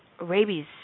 rabies